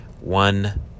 one